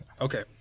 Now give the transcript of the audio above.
okay